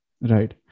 Right